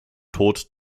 tod